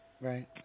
Right